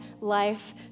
life